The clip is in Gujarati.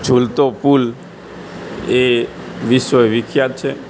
ઝૂલતો પુલ એ વિશ્વ વિખ્યાત છે